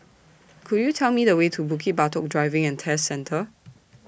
Could YOU Tell Me The Way to Bukit Batok Driving and Test Centre